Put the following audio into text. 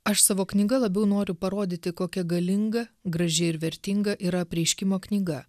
aš savo knyga labiau noriu parodyti kokia galinga graži ir vertinga yra apreiškimo knyga